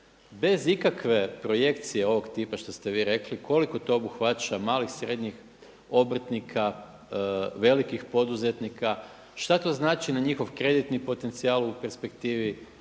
bez ikakve projekcije ovog tipa što ste vi rekli koliko to obuhvaća malih, srednjih obrtnika, velikih poduzetnika. Šta to znači na njihov kreditni potencijal u perspektivi,